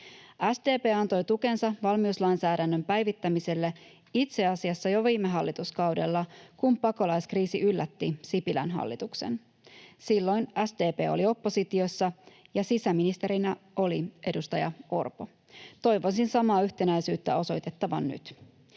SDP antoi tukensa valmiuslainsäädännön päivittämiselle itse asiassa jo viime hallituskaudella, kun pakolaiskriisi yllätti Sipilän hallituksen. Silloin SDP oli oppositiossa ja sisäministerinä oli edustaja Orpo. Toivoisin samaa yhtenäisyyttä osoitettavan nyt.